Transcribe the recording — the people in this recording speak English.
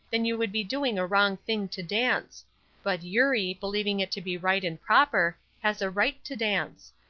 then you would be doing a wrong thing to dance but, eurie, believing it to be right and proper, has a right to dance.